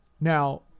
Now